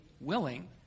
willing